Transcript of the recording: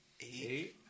Eight